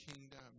kingdom